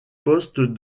poste